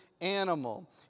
animal